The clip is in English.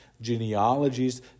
genealogies